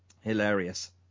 Hilarious